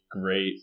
great